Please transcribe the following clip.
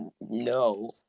No